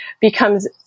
becomes